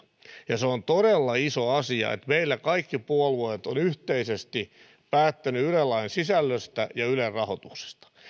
ja ja se on todella iso asia että meillä kaikki puolueet ovat yhteisesti päättäneet yle lain sisällöstä ja ylen rahoituksesta